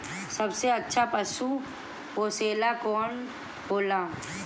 सबसे अच्छा पशु पोसेला कौन होला?